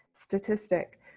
statistic